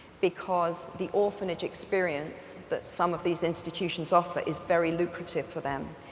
because the orphanage experience that some of these institutions offer is very lucrative for them,